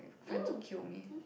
friends will kill me